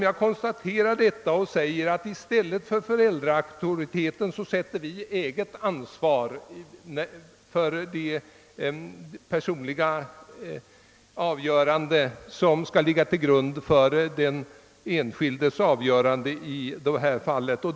Jag konstaterar detta och säger att vi i stället för familjeauktoriteten sätter eget ansvar för det personliga avgörande som skall ligga till grund för den enskildes ställningstagande i dessa fall.